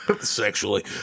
sexually